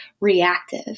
reactive